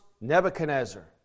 Nebuchadnezzar